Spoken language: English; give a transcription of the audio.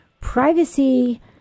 privacy